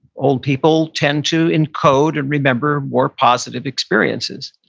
old people tend to encode. and remember more positive experiences.